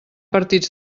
partits